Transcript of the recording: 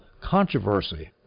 controversy